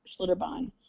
schlitterbahn